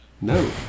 No